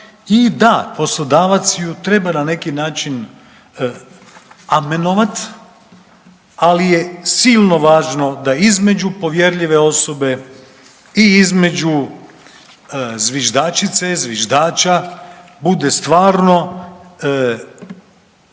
i da, poslodavac ju treba na neki način amenovat, ali je silno važno da između povjerljive osobe i između zviždačice, zviždača bude stvarno